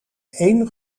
één